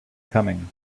coming